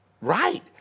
right